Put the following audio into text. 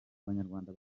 abanyarwanda